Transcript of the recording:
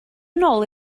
nôl